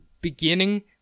beginning